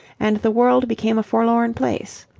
and the world became a forlorn place.